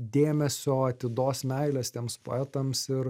dėmesio atidos meilės tiems poetams ir